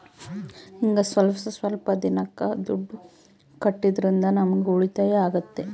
ಹಿಂಗ ಸ್ವಲ್ಪ ಸ್ವಲ್ಪ ದಿನಕ್ಕ ದುಡ್ಡು ಕಟ್ಟೋದ್ರಿಂದ ನಮ್ಗೂ ಉಳಿತಾಯ ಆಗ್ತದೆ